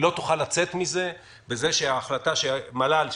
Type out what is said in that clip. היא לא תוכל לצאת מזה בזה שההחלטה של מל"ל,